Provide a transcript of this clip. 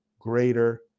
greater